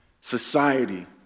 society